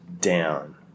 down